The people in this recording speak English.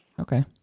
Okay